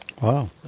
wow